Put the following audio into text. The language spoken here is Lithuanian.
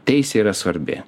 teisė yra svarbi